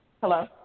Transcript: Hello